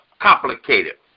complicated